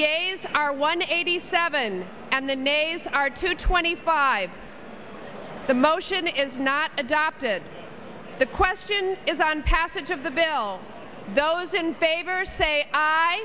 are one eighty seven and the names are two twenty five the motion is not adopted the question is on passage of the bill those in favor say